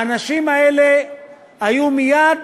האנשים האלה היו מייד